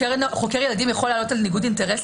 --- חוקר ילדים יכול להעלות על ניגוד אינטרסים?